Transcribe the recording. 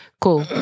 Cool